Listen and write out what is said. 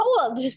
cold